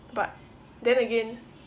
but then again